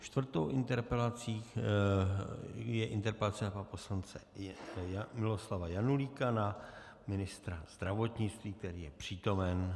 Čtvrtou interpelací je interpelace pana poslance Miloslava Janulíka na ministra zdravotnictví, který je přítomen.